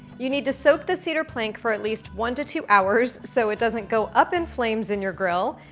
you need to soak the cedar plank for at least one to two hours, so it doesn't go up in flames in your grill,